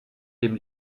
dem